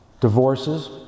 Divorces